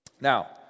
Now